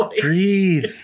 breathe